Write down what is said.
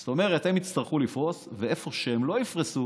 זאת אומרת הם יצטרכו לפרוס, ואיפה שהם לא יפרסו